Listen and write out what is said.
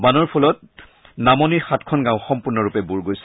বানৰ ফলত নামনিৰ সাতখন গাঁও সম্পূৰ্ণ ৰূপে বুৰ গৈছে